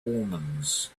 omens